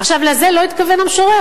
עכשיו, לזה לא התכוון המשורר.